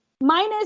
minus